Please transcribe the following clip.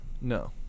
No